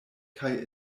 kaj